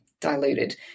diluted